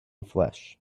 flesh